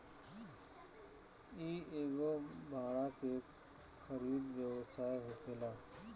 इ एगो भाड़ा के खरीद व्यवस्था होखेला